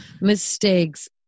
Mistakes